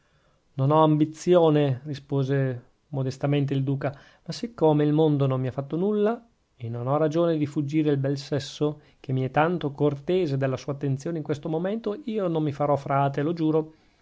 non ho ambizione rispose modestamente il duca ma siccome il mondo non mi ha fatto nulla e non ho ragione di fuggire il bel sesso che mi è tanto cortese della sua attenzione in questo momento io non mi farò frate lo giuro